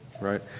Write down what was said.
right